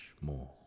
more